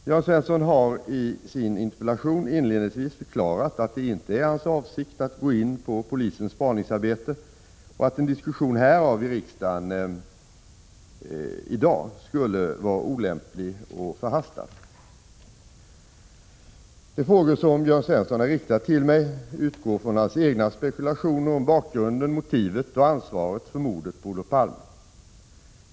Jörn Svensson har i sin interpellation inledningsvis förklarat att det inte är hans avsikt att gå in på polisens spaningsarbete och att en diskussion härav i riksdagen i dag skulle vara olämplig och förhastad. De frågor som Jörn Svensson har riktat till mig utgår från hans egna spekulationer om bakgrunden, motivet och ansvaret för mordet på Olof Palme.